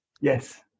Yes